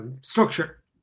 structure